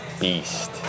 Beast